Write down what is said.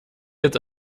jetzt